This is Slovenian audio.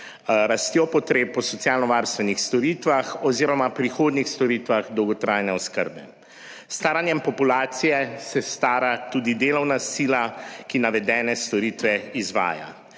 rastjo potreb po socialnovarstvenih storitvah oziroma prihodnjih storitvah dolgotrajne oskrbe. S staranjem populacije se stara tudi delovna sila, ki navedene storitve izvaja.